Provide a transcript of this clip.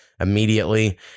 immediately